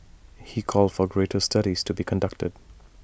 he called for greater studies to be conducted